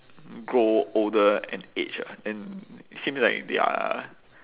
grow older and age ah and seems like they are